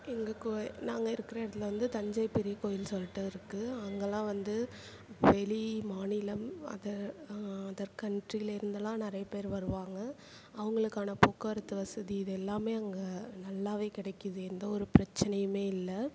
எங்கள் கோய் நாங்கள் இருக்கிற இடத்துல வந்து தஞ்சை பெரிய கோயில் சொல்லிட்டு இருக்குது அங்கெல்லாம் வந்து வெளி மாநிலம் அதர் அதர் கண்ட்ரிலருந்துலாம் நிறைய பேர் வருவாங்கள் அவங்களுக்கான போக்குவரத்து வசதி இதெல்லாமே அங்கே நல்லாவே கிடைக்குது எந்த ஒரு பிரச்சனையுமே இல்லை